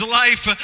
life